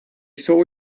saw